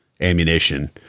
ammunition